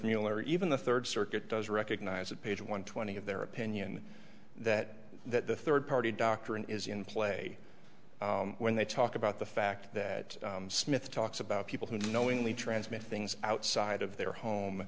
mueller even the third circuit does recognize it page one twenty of their opinion that that the third party doctrine is in play when they talk about the fact that smith talks about people who knowingly transmit things outside of their home